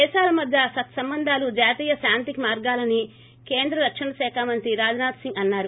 దేశాల మధ్య సత్సంబందాలు జాతీయ శాంతికి మార్గాలని కేంద్ర రక్షణ శాఖ మంత్రి రాజ్నాథ్ సింగ్ అన్నారు